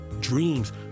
dreams